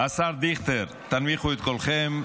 השר דיכטר, הנמיכו את קולכם.